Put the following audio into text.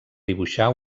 dibuixar